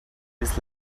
this